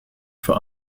for